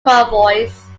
convoys